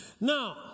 Now